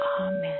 Amen